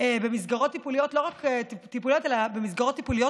ולא רק טיפוליות אלא במסגרות טיפוליות